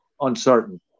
uncertain